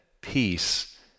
peace